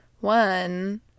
One